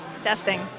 Testing